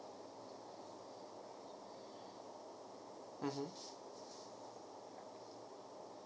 mmhmm